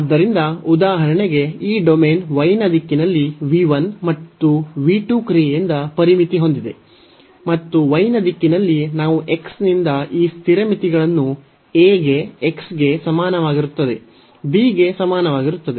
ಆದ್ದರಿಂದ ಉದಾಹರಣೆಗೆ ಈ ಡೊಮೇನ್ y ನ ದಿಕ್ಕಿನಲ್ಲಿ v 1 ಮತ್ತು v 2 ಕ್ರಿಯೆಯಿಂದ ಪರಿಮಿತಿ ಹೊಂದಿದೆ ಮತ್ತು y ನ ದಿಕ್ಕಿನಲ್ಲಿ ನಾವು x ನಿಂದ ಈ ಸ್ಥಿರ ಮಿತಿಗಳನ್ನು a ಗೆ x ಗೆ ಸಮನಾಗಿರುತ್ತದೆ b ಗೆ ಸಮಾನವಾಗಿರುತ್ತದೆ